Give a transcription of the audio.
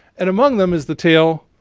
and among them is the tale